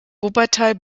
wuppertal